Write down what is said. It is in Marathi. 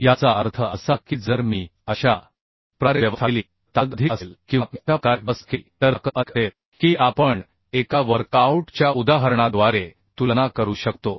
याचा अर्थ असा की जर मी अशा प्रकारे व्यवस्था केली तर ताकद अधिक असेल किंवा मी अशा प्रकारे व्यवस्था केली तर ताकद अधिक असेल की आपण एका वर्कआऊट च्या उदाहरणाद्वारे तुलना करू शकतो